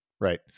right